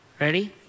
Ready